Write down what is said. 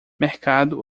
mercado